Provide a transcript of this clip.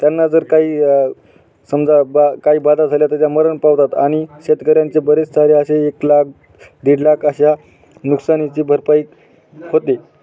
त्यांना जर काही समजा बा काही बाधा झाल्या तर त्या मरण पावतात आणि शेतकऱ्यांचे बरेच सारे असे एक लाख दीड लाख अशा नुकसानीची भरपाई होते